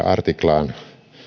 artiklaan